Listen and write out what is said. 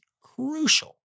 crucial